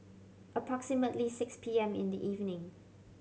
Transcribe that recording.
approximately six P M in the evening